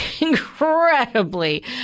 incredibly